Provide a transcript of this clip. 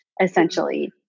Essentially